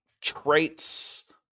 traits